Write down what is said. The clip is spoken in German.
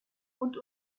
und